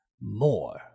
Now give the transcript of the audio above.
more